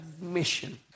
mission